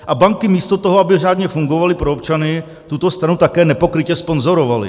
A banky, místo toho, aby řádně fungovaly pro občany, tuto stranu také nepokrytě sponzorovaly.